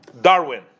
Darwin